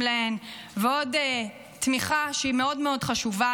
להן ועוד תמיכה שהיא מאוד מאוד חשובה,